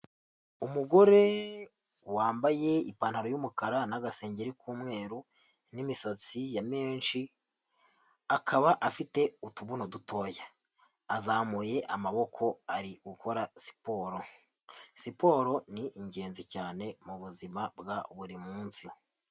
Umugore wambaye ipantaro y'umukara n'agasengeri k'umweru, n'imisatsi ya menshi akaba afite utubuno dutoya, azamuye amaboko ari gukora siporo, siporo ni ingenzi cyane mu buzima bwa buri munsi.